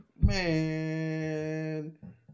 Man